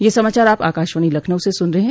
ब्रे क यह समाचार आप आकाशवाणी लखनऊ से सुन रहे हैं